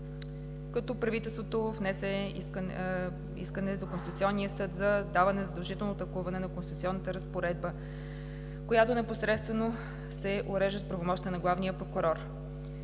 като правителството внесе искане до Конституционния съд за даване на задължително тълкуване на конституционната разпоредба, в която непосредствено се уреждат правомощията на главния прокурор.